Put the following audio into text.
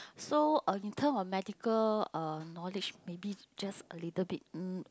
so uh in term of medical uh knowledge maybe just a little bit um